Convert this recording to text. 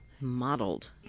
Modeled